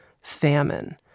famine